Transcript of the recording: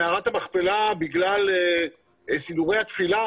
דרך אגב, מערת המכפלה נכנסת תחת ה-holy sites,